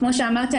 כפי שאמרתי,